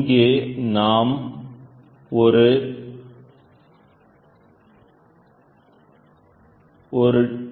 இங்கே நாம் ஒரு